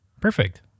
Perfect